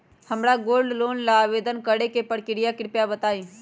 हमरा gold loan ला आवेदन करे के प्रक्रिया कृपया बताई